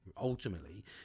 ultimately